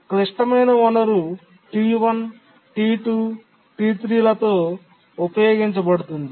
క్లిష్టమైన వనరు T1 T2 T3 లతో ఉపయోగించబడుతుంది